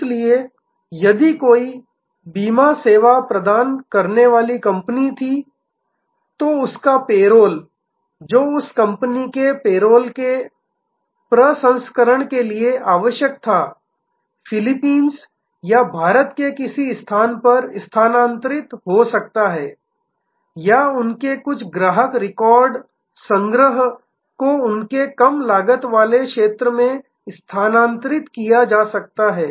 इसलिए यदि कोई बीमा सेवा प्रदान करने वाली कंपनी थी तो उनका पेरोल जो उस कंपनी के पेरोल के प्रसंस्करण के लिए आवश्यक था फिलीपींस या भारत के किसी स्थान पर स्थानांतरित हो सकता है या उनके कुछ ग्राहक रिकॉर्ड संग्रह को उनके कम लागत वाले क्षेत्र में स्थानांतरित किया जा सकता है